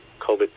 COVID